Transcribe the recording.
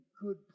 good